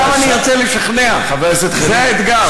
אותם אני ארצה לשכנע, זה האתגר.